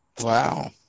wow